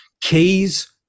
Keys